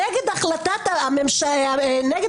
נגד החלטת בג"ץ.